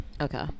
Okay